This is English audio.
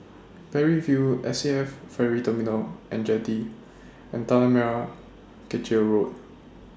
Parry View S A F Ferry Terminal and Jetty and Tanah Merah Kechil Road